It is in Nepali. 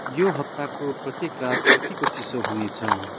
यो हप्ताको प्रत्येक रात कतिको चिसो हुनेछ